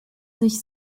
sich